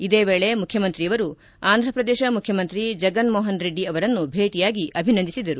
ಇದೇ ವೇಳೆ ಮುಖ್ಯಮಂತ್ರಿಯವರು ಆಂಧ್ರಪ್ರದೇಶ ಮುಖ್ಯಮಂತ್ರಿ ಜಗನ್ ಮೋಹನ್ ರೆಡ್ಡಿ ಅವರನ್ನು ಭೇಟಯಾಗಿ ಅಭಿನಂದಿಸಿದರು